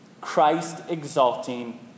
Christ-exalting